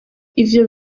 ivyo